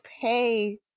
pay